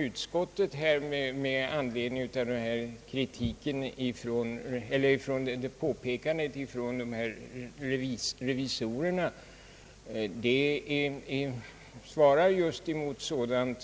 Utskottets skrivning med anledning av vad som från revisorshåll påpekats pekar just mot sådana förhållanden